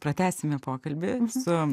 pratęsime pokalbį su